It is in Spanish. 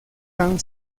han